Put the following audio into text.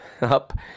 up